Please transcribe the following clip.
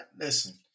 Listen